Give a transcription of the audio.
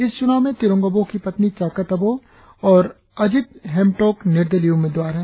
इस चुनाव में तिरोंग अबोह की पत्नी चाकत आबोह और अजित हेमटॊक निर्दलिय उम्मीदवार है